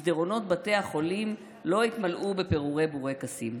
מסדרונות בתי החולים לא התמלאו בפירורי בורקסים.